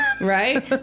Right